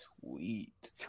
Sweet